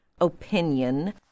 opinion